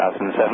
2007